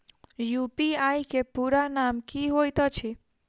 UPI केँ पूरा नाम की होइत अछि?